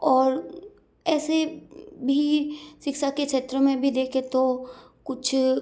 और ऐसे भी शिक्षा के क्षेत्र में भी देखे तो कुछ